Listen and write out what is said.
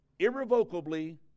irrevocably